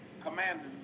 commanders